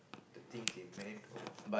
the things they meant or